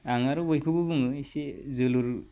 आं आरो बयखौबो बुङो एसे जोलुर